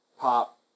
pop